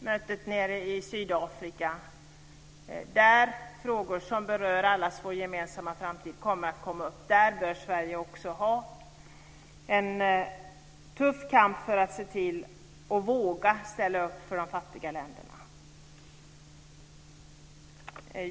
Mötet i Sydafrika. Där kommer frågor som berör vår gemensamma framtid att komma upp. Där bör Sverige föra en tuff kamp för att våga ställa upp för de fattiga länderna.